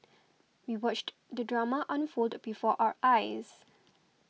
we watched the drama unfold before our eyes